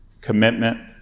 commitment